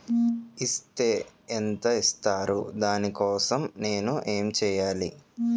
Is తే ఎంత ఇస్తారు దాని కోసం నేను ఎంచ్యేయాలి?